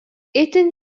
itin